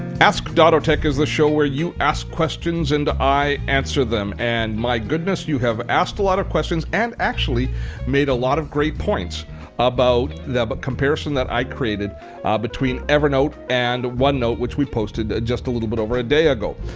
ask dottotech is a show where you ask questions and i answer them and my goodness you have asked a lot of questions and actually made a lot of great points about the but comparison that i created between evernote and one note, which we posted just a little bit over a day ago.